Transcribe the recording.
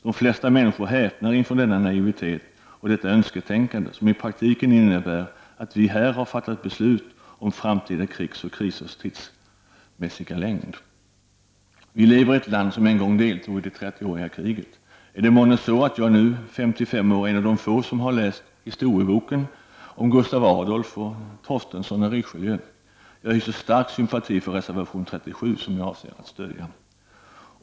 De flesta människor häpnar inför denna naivitet och detta önsketänkande, som i praktiken innebär att vi här har fattat beslut om framtida krigs och krisers tidsmässiga längd. Vi lever i ett land som en gång deltog i det 30-åriga kriget. Är det månne så att jag, som nu är 55 år, är en av de få som har läst historieboken om Gustav Adolf och Torstensson och Richelieu? Jag hyser stark sympati för reservation 37, som jag avser att stödja.